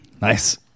Nice